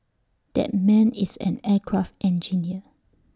that man is an aircraft engineer